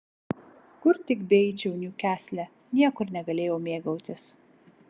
kur tik beeičiau niukasle niekur negalėjau mėgautis